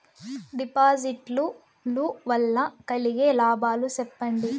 డిపాజిట్లు లు వల్ల కలిగే లాభాలు సెప్పండి?